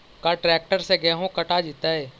का ट्रैक्टर से गेहूं कटा जितै?